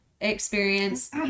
experience